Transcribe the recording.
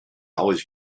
always